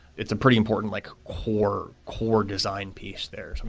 it's a pretty important like core core design piece there,